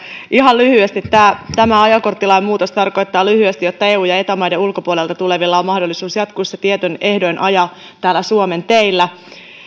ihan lyhyesti tämä tämä ajokorttilain muutos tarkoittaa lyhyesti että eu ja eta maiden ulkopuolelta tulevilla on mahdollisuus jatkossa tietyin ehdoin ajaa täällä suomen teillä